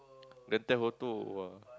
then take photo !wah!